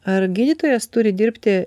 ar gydytojas turi dirbti